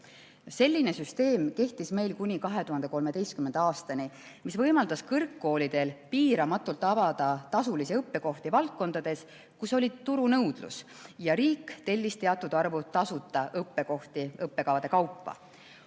Selline süsteem kehtis meil kuni 2013. aastani ja võimaldas kõrgkoolidel piiramatult avada tasulisi õppekohti valdkondades, kus oli turunõudlus ja riik tellis teatud arvu tasuta õppekohti õppekavade kaupa.